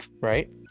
Right